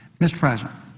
mr. president,